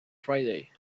friday